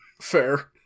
fair